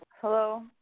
hello